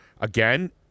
Again